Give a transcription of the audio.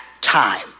time